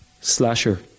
slasher